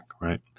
right